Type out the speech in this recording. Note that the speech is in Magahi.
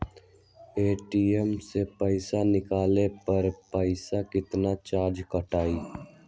ए.टी.एम से पईसा निकाले पर पईसा केतना चार्ज कटतई?